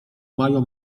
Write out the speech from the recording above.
mają